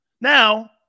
Now